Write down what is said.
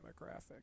demographic